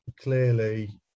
clearly